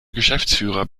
geschäftsführer